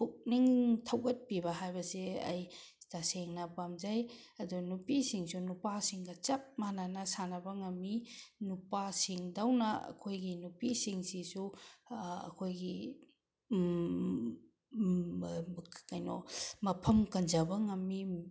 ꯄꯨꯛꯅꯤꯡ ꯊꯧꯒꯠꯄꯤꯕ ꯍꯥꯏꯕꯁꯦ ꯑꯩ ꯇꯁꯦꯡꯅ ꯄꯥꯝꯖꯩ ꯑꯗꯨ ꯅꯨꯄꯤꯁꯤꯡꯁꯨ ꯅꯨꯄꯥꯁꯤꯡꯒ ꯆꯞ ꯃꯥꯟꯅꯅ ꯁꯥꯟꯅꯕ ꯉꯝꯃꯤ ꯅꯨꯄꯥꯁꯤꯡꯗꯧꯅ ꯑꯩꯈꯣꯏꯒꯤ ꯅꯨꯄꯤꯁꯤꯡꯁꯤꯁꯨ ꯑꯩꯈꯣꯏꯒꯤ ꯀꯩꯅꯣ ꯃꯐꯝ ꯀꯟꯖꯕ ꯉꯝꯃꯤ